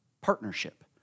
Partnership